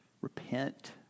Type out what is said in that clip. Repent